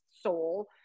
soul